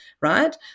right